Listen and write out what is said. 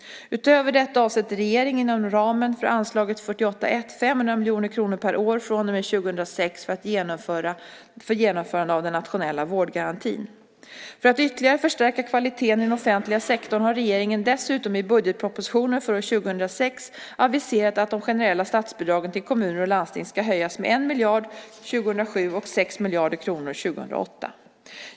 Utöver detta avsätter regeringen, inom ramen för anslaget 48:1, 500 miljoner kronor per år från och med år 2006 för genomförandet av den nationella vårdgarantin. För att ytterligare förstärka kvaliteten i den offentliga sektorn har regeringen dessutom i budgetpropositionen för år 2006 aviserat att de generella statsbidragen till kommuner och landsting ska höjas med 1 miljard år 2007 och med 6 miljarder år 2008.